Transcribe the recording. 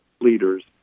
leaders